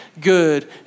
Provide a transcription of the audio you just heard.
good